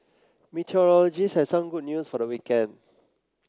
meteorologists had some good news for the weekend